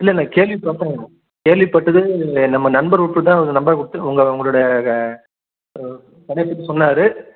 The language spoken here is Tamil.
இல்லைல்ல கேள்விப்பட்டோம் கேள்விப்பட்டது நம்ப நண்பர் ஒருத்தர் தான் உங்கள் நம்பர் கொடுத்து உங்கள் உங்களோட சொன்னார்